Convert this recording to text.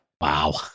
Wow